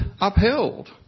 upheld